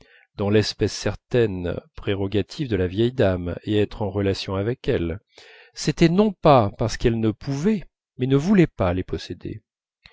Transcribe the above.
dans l'espèce certaines prérogatives de la vieille dame et être en relations avec elle c'était non pas parce qu'elles ne pouvaient mais ne voulaient pas les posséder